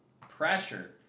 Pressure